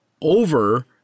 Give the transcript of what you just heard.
over